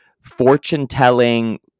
fortune-telling